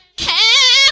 k